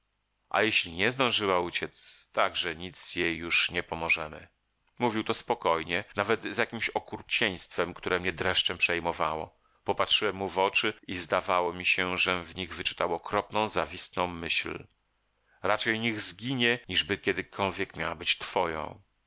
a jeśli nie zdążyła uciec także nic jej już nie pomożemy mówił to spokojnie nawet z jakiemś okrucieństwem które mnie dreszczem przejmowało popatrzyłem mu w oczy i zdawało mi się żem w nich wyczytał okropną zawistną myśl raczej niech zginie niżby kiedykolwiek miała być twoją